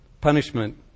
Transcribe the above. punishment